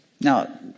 Now